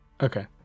okay